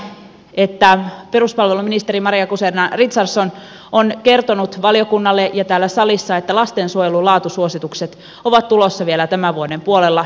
viimeisenä totean että peruspalveluministeri maria guzenina richardson on kertonut valiokunnalle ja täällä salissa että lastensuojelun laatusuositukset ovat tulossa vielä tämän vuoden puolella